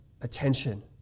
attention